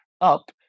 up